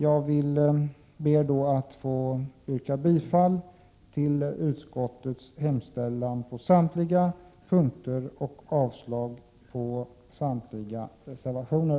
Jag ber att få yrka bifall till utskottets hemställan på samtliga punkter och avslag på samtliga reservationer.